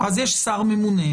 אז יש שר ממונה.